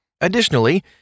Additionally